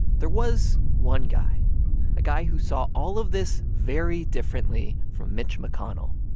there was one guy a guy who saw all of this very differently from mitch mcconnell,